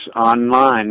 online